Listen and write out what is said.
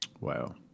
Wow